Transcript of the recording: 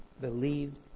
believed